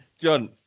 john